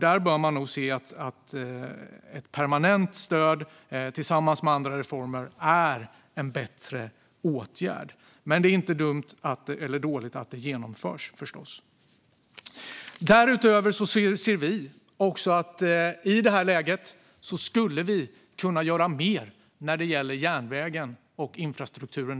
Där bör man nog se ett permanent stöd tillsammans med andra reformer som en bättre åtgärd. Men det är förstås inte dumt eller dåligt att detta genomförs. Därutöver ser vi att vi i det här läget skulle kunna göra mer när det gäller järnvägen och dess infrastruktur.